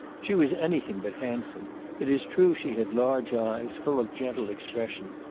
she was any thing but handsome it is true she had large eyes, full of gentle expression,